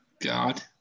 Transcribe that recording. God